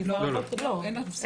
נפלה.